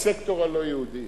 בסקטור הלא-יהודי,